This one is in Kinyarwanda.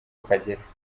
ukagera